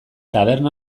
taberna